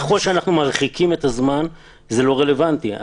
ככל שאנחנו מרחיקים את הזמן זה לא רלוונטי.